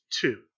two